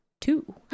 Two